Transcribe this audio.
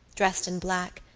dressed in black,